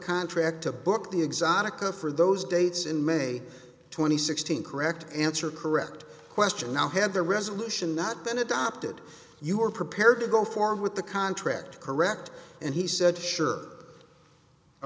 contract to book the exotica for those dates in may twenty sixth correct answer correct question now had the resolution not been adopted you were prepared to go forward with the contract correct and he said sure i